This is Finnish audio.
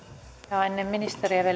ennen ministeriä vielä